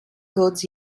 goods